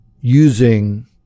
using